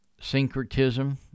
syncretism